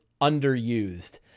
underused